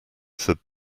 said